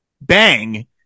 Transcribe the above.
bang